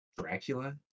Dracula